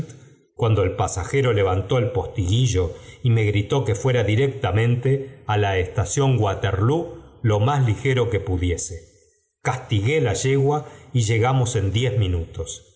cuando el pasajero levantó á la estación waterloo lo más ligero que pudiese entonga yegu y llegamos en diez minutos